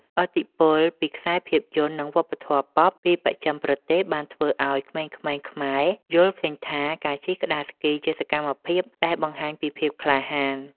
ឥទ្ធិពលពីខ្សែភាពយន្ត និងវប្បធម៌ប៉ុប ពីបស្ចិមប្រទេស បានធ្វើឱ្យក្មេងៗខ្មែរយល់ឃើញថាការជិះក្ដារស្គីជាសកម្មភាពដែលបង្ហាញពីភាពក្លាហាន។